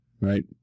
Right